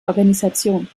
organisation